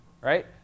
Right